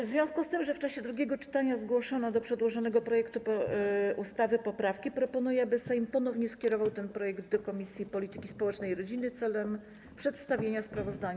W związku z tym, że w czasie drugiego czytania zgłoszono do przedłożonego projektu ustawy poprawki, proponuję, aby Sejm ponownie skierował ten projekt do Komisji Polityki Społecznej i Rodziny w celu przedstawienia sprawozdania.